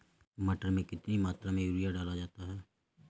मटर में कितनी मात्रा में यूरिया डाला जाता है?